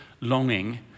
longing